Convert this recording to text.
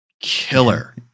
killer